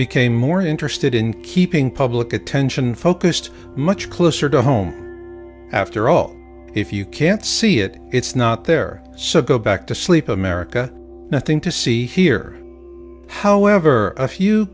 became more interested in keeping public attention focused much closer to home after all if you can't see it it's not there so go back to sleep america nothing to see here however a few